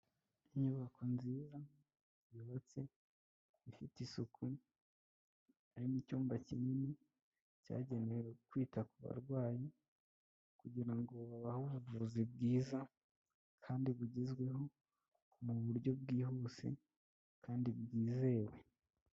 Inyubako nziza yubatse ifite isuku arimo icyumba kinini cyagenewe kwita ku barwayi, kugirango babahe ubuvuzi bwiza kandi bugezweho mu buryo bwihuse kandi bwizewe.